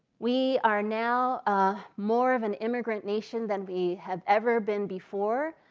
we are now ah more of an immigrant nation than we have ever been before.